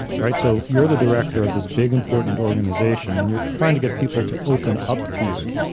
right? so, you're the director of this big, important organization, and you're trying to get people to open up to you.